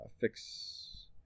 Fix